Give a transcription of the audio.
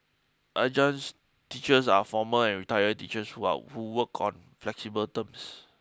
adjuncts teachers are former and retired teachers who are who work on flexible terms